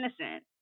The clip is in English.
innocent